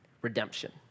redemption